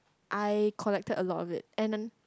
I collected a lot of it and I